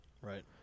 Right